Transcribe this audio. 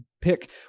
pick